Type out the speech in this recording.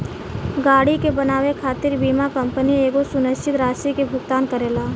गाड़ी के बनावे खातिर बीमा कंपनी एगो सुनिश्चित राशि के भुगतान करेला